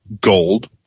gold